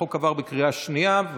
החוק עבר בקריאה שנייה.